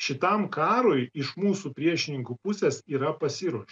šitam karui iš mūsų priešininkų pusės yra pasiruošta